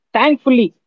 Thankfully